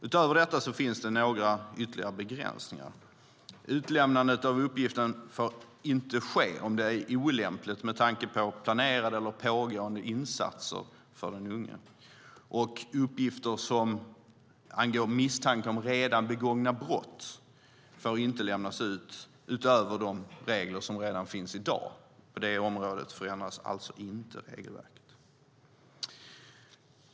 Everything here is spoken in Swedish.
Utöver detta finns det några ytterligare begränsningar. Utlämnandet av uppgiften får inte ske om det är olämpligt med tanke på planerade eller pågående insatser för den unge. Uppgifter som angår misstankar om redan begångna brott får inte lämnas ut utöver med de regler som redan finns i dag. På det området förändras alltså inte regelverket.